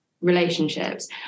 relationships